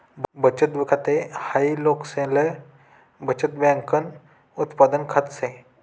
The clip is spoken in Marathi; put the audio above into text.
बचत खाते हाय लोकसले बचत बँकन उत्पादन खात से